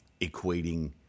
equating